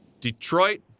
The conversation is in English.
Detroit